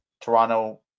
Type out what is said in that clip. Toronto